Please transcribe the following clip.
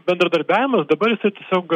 bendradarbiavimas dabar jisai tiesiog